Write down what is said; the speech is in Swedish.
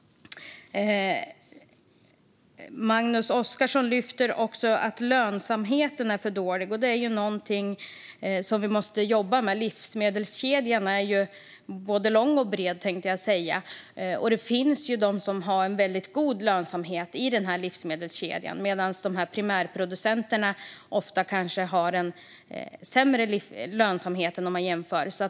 Magnus Oscarsson lyfter också att lönsamheten är för dålig, och det är någonting som vi måste jobba med. Livsmedelskedjan är ju både lång och bred, höll jag på att säga. Det finns de i livsmedelskedjan som har en väldigt god lönsamhet, medan primärproducenterna ofta har en sämre lönsamhet.